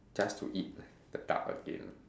just to eat the duck again